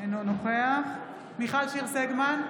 אינו נוכח מיכל שיר סגמן,